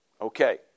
Okay